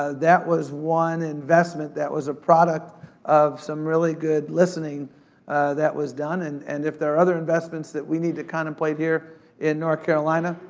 ah that was one investment that was a product of some really good listening that was done, and and if there are other investments that we need to contemplate here in north carolina,